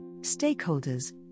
Stakeholders